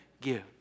give